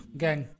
gang